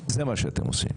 זה מה שאתם עושים.